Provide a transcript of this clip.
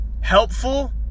helpful